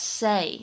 say